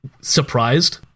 surprised